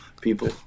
people